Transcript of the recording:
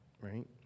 right